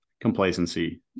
complacency